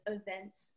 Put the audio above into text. events